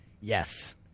Yes